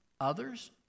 others